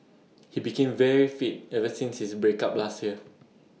he became very fit ever since his break up last year